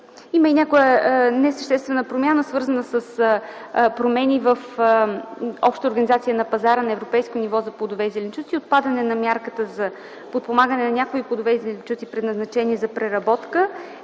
Има и някои несъществени промени, свързани с промени в общата организация на пазара на европейско ниво за плодове и зеленчуци, отпадането на мярката за подпомагане на някои плодове и зеленчуци, предназначени за преработка.